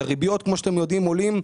הריביות, כמו שאתם יודעים, עולות,